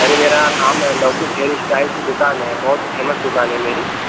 अरे मेरा नाम लवकुश हेयर स्टाइल की दुकान है बहुत फेमस दुकान है मेरी